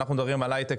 כשאנחנו מדברים על הייטק,